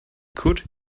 could